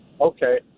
Okay